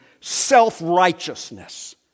self-righteousness